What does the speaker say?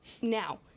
now